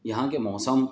یہاں کے موسم